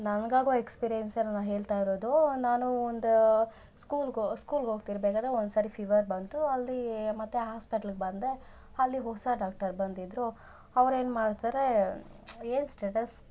ನನಗಾಗೋ experience ನಾ ಹೇಳ್ತಾಯಿರೋದೂ ನಾನು ಒಂದು ಸ್ಕೂಲ್ಗೋ ಸ್ಕೂಲ್ಗೆ ಹೋಗ್ತಿರ್ಬೇಕಾದ್ರೆ ಒಂದು ಸಾರಿ ಫಿವರ್ ಬಂತು ಅಲ್ಲೀ ಮತ್ತು ಹಾಸ್ಪೆಟ್ಲ್ಗೆ ಬಂದೆ ಅಲ್ಲಿ ಹೊಸ ಡಾಕ್ಟರ್ ಬಂದಿದ್ರು ಅವ್ರೇನು ಮಾಡ್ತಾರೆ ಏನು ಸ್ಟೆಟಸ್